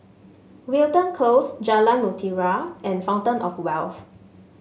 Wilton Close Jalan Mutiara and Fountain Of Wealth